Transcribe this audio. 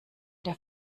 der